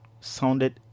sounded